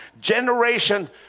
generation